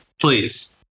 Please